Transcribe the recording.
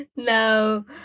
no